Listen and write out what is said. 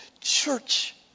church